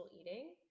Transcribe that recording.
eating